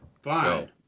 Fine